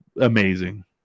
amazing